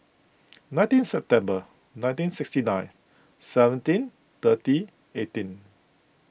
nineteen September nineteen sixty nine seventeen thirty eighteen